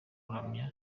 kuramya